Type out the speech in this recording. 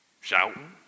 Shouting